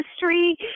history